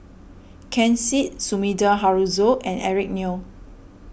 Ken Seet Sumida Haruzo and Eric Neo